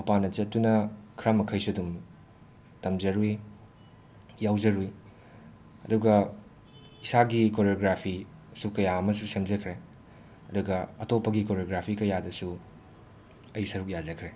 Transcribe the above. ꯃꯄꯥꯟꯗ ꯆꯠꯇꯨꯅ ꯈꯔ ꯃꯈꯩꯁꯨ ꯑꯗꯨꯝ ꯇꯝꯖꯔꯨꯏ ꯌꯥꯎꯖꯔꯨꯏ ꯑꯗꯨꯒ ꯏꯁꯥꯒꯤ ꯀꯣꯔꯤꯌꯣꯒ꯭ꯔꯥꯐꯤꯁꯨ ꯀꯌꯥ ꯑꯃꯁꯨ ꯁꯦꯝꯖꯈ꯭ꯔꯦ ꯑꯗꯨꯒ ꯑꯇꯣꯞꯄꯒꯤ ꯀꯣꯔꯤꯌꯣꯒ꯭ꯔꯥꯐꯤ ꯀꯌꯥꯗꯁꯨ ꯑꯩ ꯁꯔꯨꯛ ꯌꯥꯖꯈ꯭ꯔꯦ